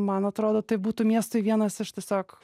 man atrodo tai būtų miestui vienas aš tiesiog